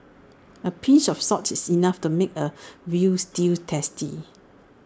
A pinch of salt is enough to make A Veal Stew tasty